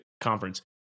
conference